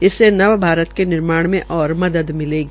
इसमें नव भारत के निर्माण में ओर मदद मिलेगी